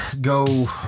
go